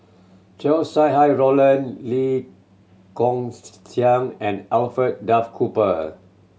Chow Sau Hai Roland Lee Kong Chian and Alfred Duff Cooper